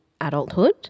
adulthood